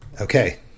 Okay